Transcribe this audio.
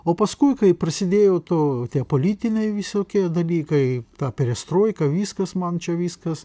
o paskui kai prasidėjo to tie politiniai visokie dalykai ta perestroika viskas man čia viskas